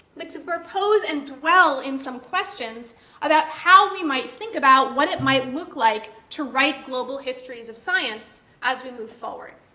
like to propose and dwell in some questions about how we might think about what it might look like to write global histories of science as we move forward.